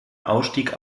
ausstieg